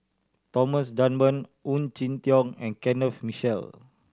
Thomas Dunman Ong Jin Teong and Kenneth Mitchell